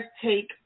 take